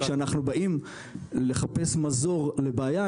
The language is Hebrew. כשאנחנו באים לחפש מזור לבעיה,